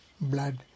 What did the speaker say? blood